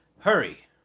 Hurry